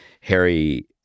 Harry